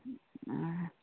ᱟᱨ